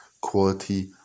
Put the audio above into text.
quality